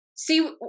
see